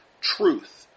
truth